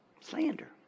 Slander